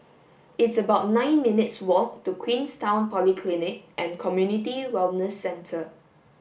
it's about nine minutes' walk to Queenstown Polyclinic and Community Wellness Centre